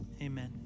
amen